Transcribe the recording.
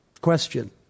question